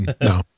No